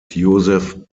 joseph